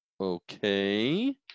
Okay